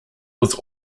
was